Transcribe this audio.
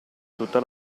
tutta